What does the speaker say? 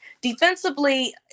Defensively